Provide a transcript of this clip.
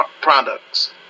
products